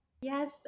Yes